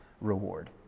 reward